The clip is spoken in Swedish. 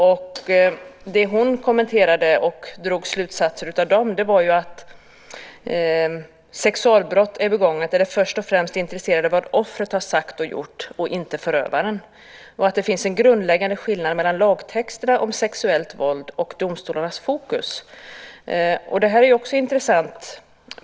Hennes kommentar och slutsats var att när ett sexualbrott är begånget är man först och främst intresserad av vad offret har sagt och gjort, inte förövaren, och att det finns en grundläggande skillnad mellan lagtexterna om sexuellt våld och domstolarnas fokus. Också det här är intressant.